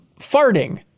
Farting